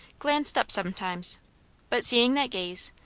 glanced up sometimes but seeing that gaze,